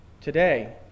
today